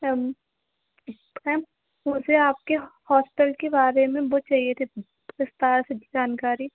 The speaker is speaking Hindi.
मैम मैम मुझे आपके हॉस्टल के बारे में वह चाहिए थी विस्तार से जानकारी